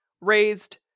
raised